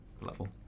level